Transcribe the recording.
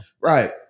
Right